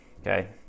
Okay